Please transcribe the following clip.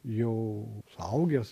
jau suaugęs